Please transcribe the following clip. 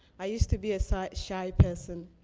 i used to be a so shy person,